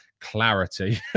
clarity